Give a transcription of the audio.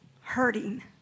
hurting